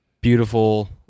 beautiful